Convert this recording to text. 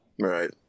Right